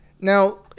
Now